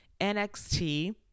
NXT